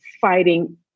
fighting